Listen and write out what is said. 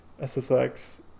SSX